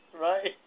right